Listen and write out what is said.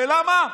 ולמה?